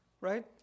right